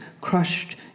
crushed